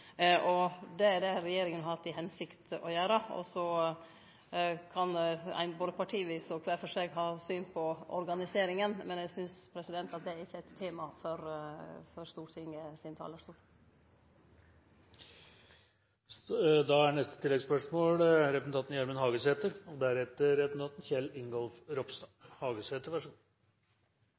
Det er det regjeringa har til hensikt å gjere, og så kan ein både partivis og kvar for seg ha syn på organiseringa. Men eg synest ikkje det er eit tema frå Stortingets talarstol. Gjermund Hagesæter – til oppfølgingsspørsmål. No er